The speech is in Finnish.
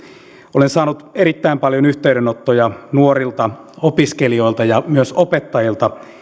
olen saanut erittäin paljon yhteydenottoja nuorilta opiskelijoilta ja myös opettajilta